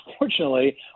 unfortunately